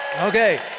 Okay